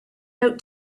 out